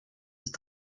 ist